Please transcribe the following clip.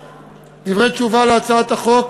דברי תשובה על הצעת החוק